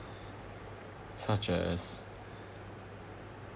such as